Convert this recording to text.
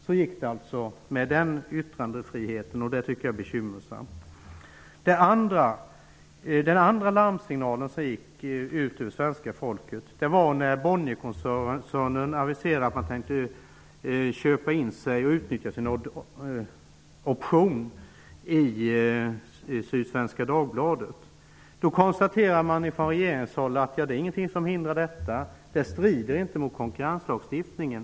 Så gick det alltså med den yttrandefriheten, och det tycker jag är bekymmersamt. Den andra larmsignalen till svenska folket gick när Dagbladet. Regeringen konstaterade då att ingenting hindrar detta, eftersom det inte strider mot konkurrenslagstiftningen.